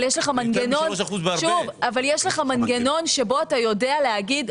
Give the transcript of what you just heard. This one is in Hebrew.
אבל יש לך מנגנון שבו אתה יודע להגיד,